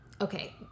Okay